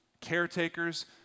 caretakers